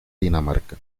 dinamarca